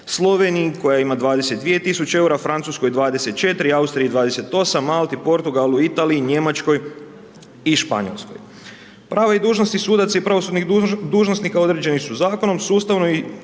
Sloveniji koja ima 22 tisuće eura, Francuskoj 24, Austriji 28, Malti, Portugalu, Italiji, Njemačkoj i Španjolskoj. Prava i dužnosti sudaca i pravosudnih dužnosnika određeni su zakonom. Sustavno i